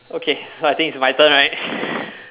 okay so I think it's my turn right